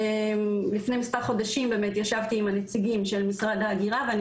לפני מספר חודשים באמת ישבתי עם הנציגים של משרד ההגירה ואני